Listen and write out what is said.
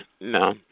no